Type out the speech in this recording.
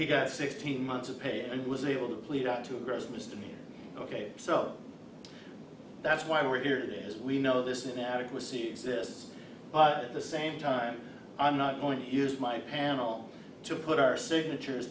he got sixteen months of pay and was able to plead out to a gross misdemeanor ok so that's why we're here today as we know this now to go see exists but at the same time i'm not going to use my panel to put our signatures